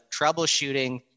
troubleshooting